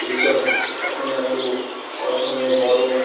এইসব এখন এত অসময়ে গরম